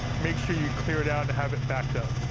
make sure you clear it out and have it backed up.